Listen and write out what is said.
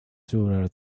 sooner